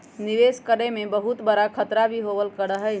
निवेश करे में बहुत बडा खतरा भी होबल करा हई